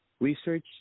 research